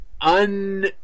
un